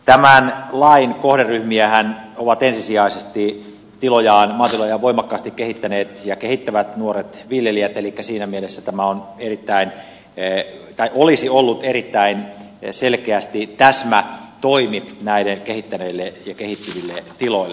tämän lain kohderyhmiähän ovat ensisijaisesti maatilojaan voimakkaasti kehittäneet ja kehittävät nuoret viljelijät elikkä siinä mielessä tämä olisi ollut erittäin selkeästi täsmätoimi näille kehittäneille ja kehittyville tiloille